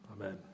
Amen